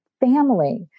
family